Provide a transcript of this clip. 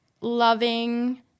loving